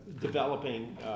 developing